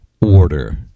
order